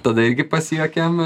tada irgi pasijuokėm